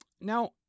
Now